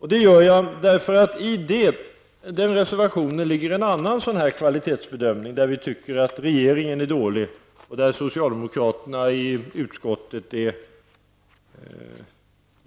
Jag gör det därför att det i den reservationen ligger en annan kvalitetsbedömning i fråga om vilken vi tycker att regeringen gör dåligt ifrån sig och socialdemokraterna i utskottet är